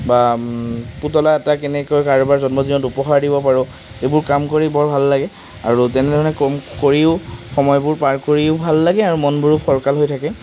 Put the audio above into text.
বা পুতলা এটা কেনেকৈ কাৰোবাৰ জন্মদিনত উপহাৰ দিব পাৰোঁ এইবোৰ কাম কৰি বৰ ভাল লাগে আৰু তেনেধৰণেৰে ক কৰিও সময়বোৰ পাৰ কৰিও ভাল লাগে আৰু মনবোৰো ফৰকাল হৈ থাকে